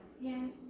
yes